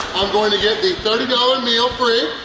i'm going to get the thirty dollars meal free,